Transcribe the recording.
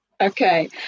Okay